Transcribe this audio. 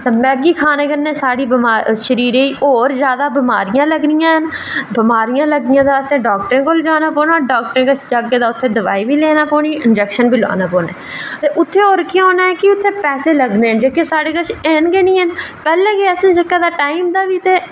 Maggi खाने कन्नै साढ़े शरीरै गी होर बमारियां लग्गनियां न बमारियां लग्गियां तां असें डाक्टर कोल जाना पौना डाक्टर कोल गे तां उत्थै दवाई बी लैना पौनी ते इंजेक्शन बी लोआना पौना ते उत्थै होर केह् होना पैसे लग्गने न जेह्के साढ़े कोल ऐ गै निं हैन पैह्लें गै जेह्का अस टाईम दा गै